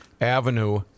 Avenue